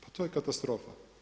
Pa to je katastrofa.